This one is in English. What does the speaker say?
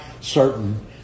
certain